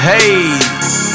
Hey